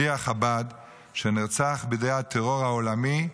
שליח חב"ד שנרצח בידי הטרור העולמי,